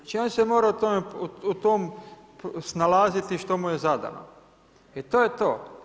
Znači on se mora u tom snalaziti što mu je zadano i to je to.